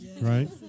right